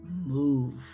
move